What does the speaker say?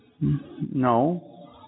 no